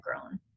grown